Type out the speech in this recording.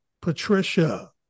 Patricia